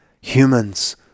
humans